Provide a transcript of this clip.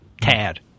Tad